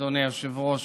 אדוני היושב-ראש